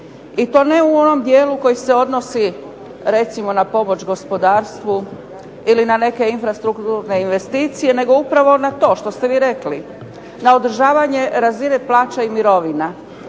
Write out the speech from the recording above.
i to ne u onom dijelu koji se odnosi recimo na pomoć gospodarstvu ili na neke infrastrukturne investicije, nego upravo na to što ste vi rekli, na održavanje razine plaća i mirovina.